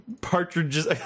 Partridge's